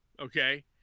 okay